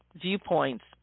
viewpoints